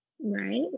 Right